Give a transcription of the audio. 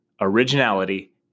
originality